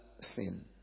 sin